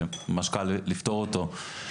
וממש קל לפתור אותו.